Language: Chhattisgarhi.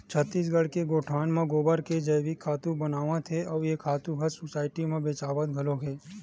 छत्तीसगढ़ के गोठान म गोबर के जइविक खातू बनावत हे अउ ए खातू ह सुसायटी म बेचावत घलोक हे